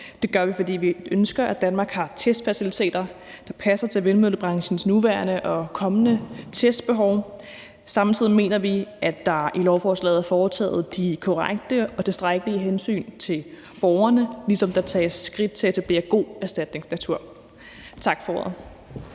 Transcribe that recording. Det gør vi, fordi vi ønsker, at Danmark har testfaciliteter, der passer til vindmøllebranchens nuværende og kommende testbehov. Samtidig mener vi, at der i lovforslaget er foretaget de korrekte og tilstrækkelige hensyn til borgerne, ligesom der tages skridt til at etablere god erstatningsnatur. Tak for ordet.